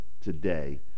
today